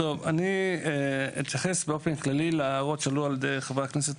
אני אתייחס באופן כללי להערות שהועלו על ידי חברי הכנסת,